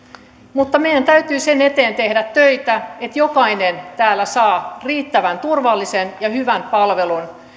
mutta meidän täytyy sen eteen tehdä töitä että jokainen täällä saa riittävän turvallisen ja hyvän palvelun